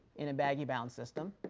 in a baggy bounds system.